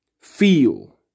feel